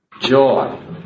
joy